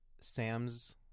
Sam's